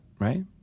Right